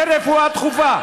לרפואה דחופה.